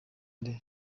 nde